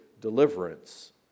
deliverance